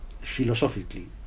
philosophically